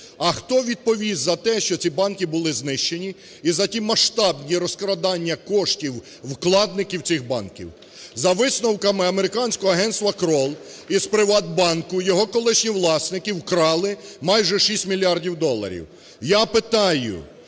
а хто відповість за те, що ці банки були знищені і за ті масштабні розкрадання коштів вкладників цих банків. За висновками американського агентстваKroll, з "ПриватБанку" його колишні власники вкрали майже 6 мільярдів доларів.